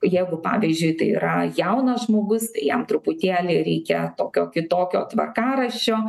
jegu pavyzdžiui yra jaunas žmogus jam truputėlį reikia tokio kitokio tvarkaraščio